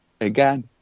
again